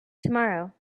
tomorrow